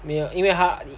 没有因为他